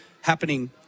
happening